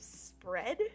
spread